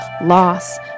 loss